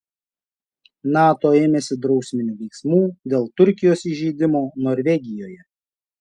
nato ėmėsi drausminių veiksmų dėl turkijos įžeidimo norvegijoje